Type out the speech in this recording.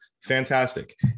Fantastic